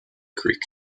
creek